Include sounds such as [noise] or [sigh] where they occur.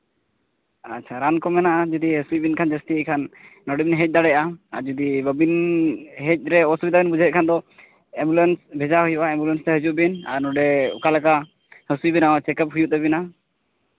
ᱟᱪᱪᱷᱟ ᱨᱟᱱ ᱠᱚ ᱢᱮᱱᱟᱜᱼᱟ ᱡᱚᱫᱤ ᱦᱟᱹᱥᱩᱭᱮᱫ ᱵᱮᱱ ᱠᱷᱟᱱ ᱡᱟᱹᱥᱛᱤ ᱜᱮᱠᱷᱟᱱ ᱱᱚᱰᱮᱞᱤᱧ ᱦᱮᱡ ᱫᱟᱲᱮᱭᱟᱜᱼᱟ ᱟᱨ ᱡᱩᱫᱤ ᱵᱟᱹᱵᱤᱱ ᱦᱮᱡ ᱨᱮ ᱚᱥᱩᱵᱤᱫᱷᱟ ᱵᱮᱱ ᱵᱩᱡᱷᱟᱹᱣᱮᱜ ᱠᱷᱟᱱ ᱫᱚ ᱮᱢᱵᱩᱞᱮᱱᱥ ᱵᱷᱮᱡᱟ ᱦᱩᱭᱩᱜᱼᱟ ᱮᱢᱵᱩᱞᱮᱱᱥ ᱨᱮ ᱦᱤᱡᱩᱜ ᱵᱤᱱ ᱟᱨ ᱱᱚᱰᱮ ᱚᱠᱟ ᱞᱮᱠᱟ [unintelligible] ᱪᱮᱠᱟᱯ ᱦᱩᱭᱩᱜ ᱛᱟᱹᱵᱤᱱᱟ